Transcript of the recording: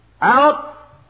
out